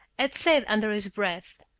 had said under his breath